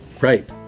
Right